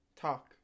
Talk